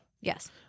Yes